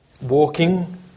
Walking